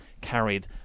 carried